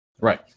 right